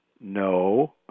no